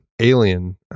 Alien